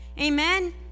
Amen